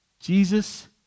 Jesus